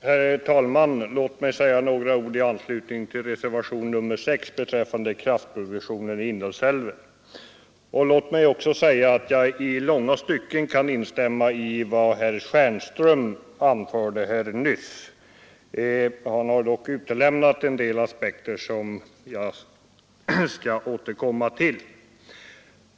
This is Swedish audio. Herr talman! Låt mig säga några ord i anslutning till reservationen 6 beträffande kraftproduktionen i Indalsälven. Jag kan i långa stycken instämma i vad herr Stjernström nyss anförde. Han har dock utelämnat en del aspekter som jag skall återkomma till.